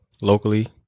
locally